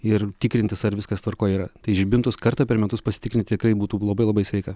ir tikrintis ar viskas tvarkoj yra tai žibintus kartą per metus pasitikrint tikrai būtų labai labai sveika